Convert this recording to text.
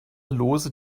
lose